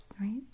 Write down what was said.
right